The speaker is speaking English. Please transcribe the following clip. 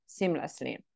seamlessly